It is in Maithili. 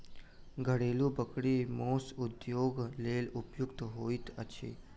घरेलू बकरी मौस उद्योगक लेल उपयुक्त होइत छै